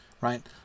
right